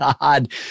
God